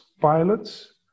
pilots